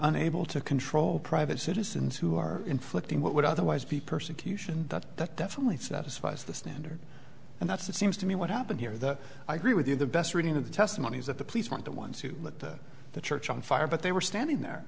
unable to control private citizens who are inflicting what would otherwise be persecution but that definitely satisfies the standard and that's it seems to me what happened here that i agree with you the best reading of the testimony is that the police want the ones who looked at the church on fire but they were standing there